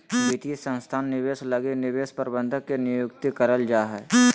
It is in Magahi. वित्तीय संस्थान निवेश लगी निवेश प्रबंधक के नियुक्ति करल जा हय